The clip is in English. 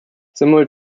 similar